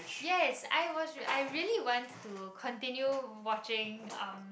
yes I was I really want to continue watching um